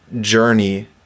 journey